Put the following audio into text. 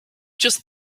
just